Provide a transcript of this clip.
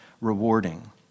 rewarding